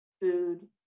food